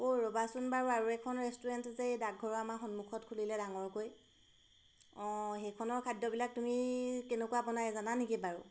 অ' ৰবাচোন বাৰু আৰু এখন ৰেষ্টুৰেণ্ট যে এই ডাকঘৰৰ আমাৰ সন্মুখত খুলিলে ডাঙৰকৈ অঁ সেইখনৰ খাদ্যবিলাক তুমি কেনেকুৱা বনায় জানা নেকি বাৰু